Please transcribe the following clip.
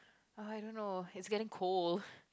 I don't know it's getting cold